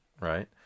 right